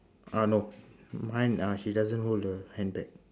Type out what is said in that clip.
ah no mine she doesn't hold the handbag